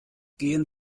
gehen